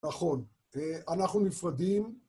נכון, אנחנו נפרדים...